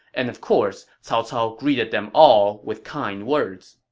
and of course cao cao greeted them all with kind words.